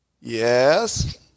Yes